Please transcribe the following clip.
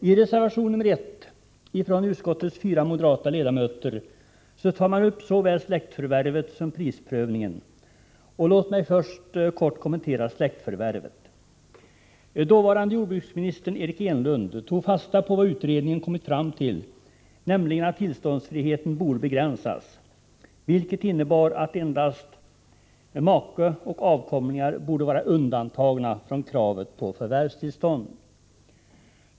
I reservation nr 1 från utskottets fyra moderata ledamöter tar man upp såväl släktförvärvet som prisprövningen. Låt mig först kommentera släktförvärvet. Dåvarande jordbruksministern Eric Enlund tog fasta på vad utredningen kommit fram till, nämligen att tillståndsfriheten borde begränsas, vilket innebar att endast make och avkomlingar skulle vara undantagna från kravet på förvärvstillstånd.